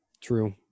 True